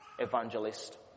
evangelist